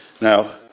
Now